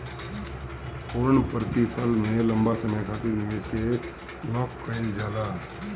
पूर्णप्रतिफल में लंबा समय खातिर निवेश के लाक कईल जाला